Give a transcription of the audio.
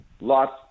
Lots